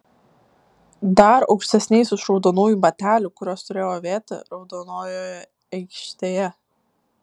dar aukštesniais už raudonųjų batelių kuriuos turėjau avėti raudonojoje aikštėje